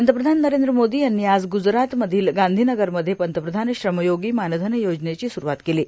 पंतप्रधान नरद्र मोदी यांनी आज ग्जरातमधील गांधीनगरमध्ये पंतप्रधान श्रमयोगी मानधन योजनेची सुरवात केलो